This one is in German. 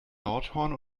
nordhorn